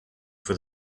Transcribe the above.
for